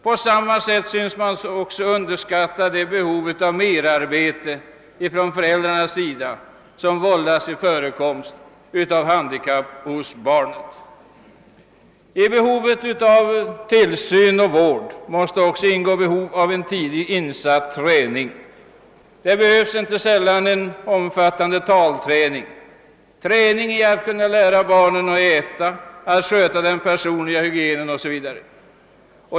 På samma sätt synes man också underskatta det behov av merarbete från föräldrarnas sida som vållas av förekomsten av handikapp hos barn. I behovet av tillsyn och vård måste också ingå behovet av en tidigt insatt träning. Det behövs inte sällan en omfattande talträning, träning i att lära barnen äta, sköta den personliga hygienen o.s.v.